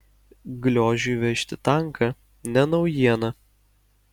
gliožiui vežti tanką ne naujiena